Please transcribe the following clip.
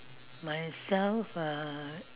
myself uh